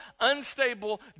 unstable